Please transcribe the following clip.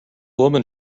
woman